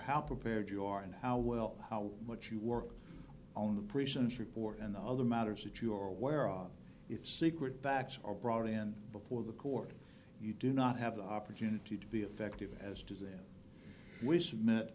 how prepared you are and how well how much you work on the prisons report and other matters that you are aware of if secret facts are brought in before the court you do not have the opportunity to be effective as to them we submit